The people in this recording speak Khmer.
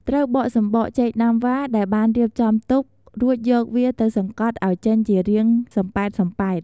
ត្រូវបកសម្បក ចេកណាំវ៉ា ដែលបានរៀបចំទុក រួចយកវាទៅសង្កត់អោយចេញជារាងសម្ពែតៗ។